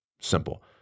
simple